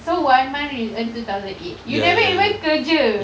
so one month you earn two thousand eight you never even kerja